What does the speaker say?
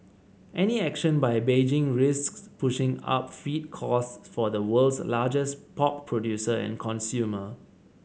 any action by Beijing risks pushing up feed costs for the world's largest pork producer and consumer